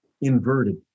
inverted